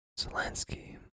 Zelensky